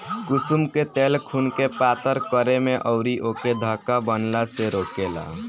कुसुम के तेल खुनके पातर करे में अउरी ओके थक्का बनला से रोकेला